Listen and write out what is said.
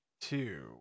two